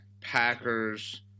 Packers